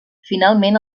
finalment